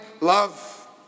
love